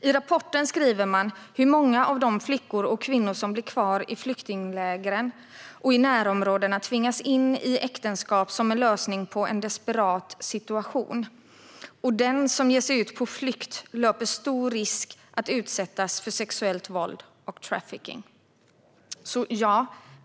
I rapporten skriver man: "Många av de flickor och kvinnor som blir kvar i flyktinglägren och i närområdena tvingas in i äktenskap som en lösning på en desperat situation, och de som ger sig ut på flykt löper stor risk att utsättas för sexuellt våld och trafficking."